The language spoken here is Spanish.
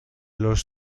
los